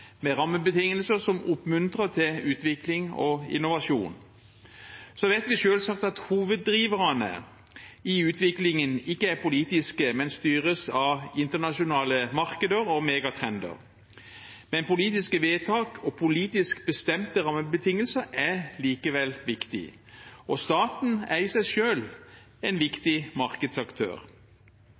med rammebetingelser som oppmuntrer til utvikling og innovasjon. Vi vet selvsagt at hoveddriverne i utviklingen ikke er politiske, men styres av internasjonale markeder og megatrender. Men politiske vedtak og politisk bestemte rammebetingelser er likevel viktig. Og staten er i seg selv en viktig markedsaktør.